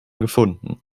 gefunden